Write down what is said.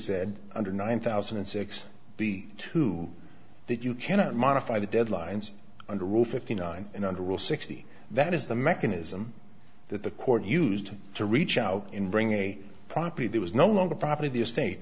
said under nine thousand and six the two that you cannot modify the deadlines under rule fifty nine and under rule sixty that is the mechanism that the court used to reach out and bring a property that was no longer properly the estate